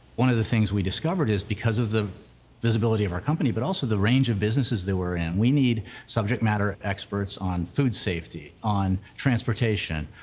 one of the things we discovered is, because of the visibility of our company, but also the range of businesses that we're in, we need subject-matter experts on food safety, on transportation,